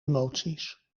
emoties